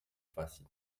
fácil